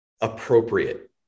appropriate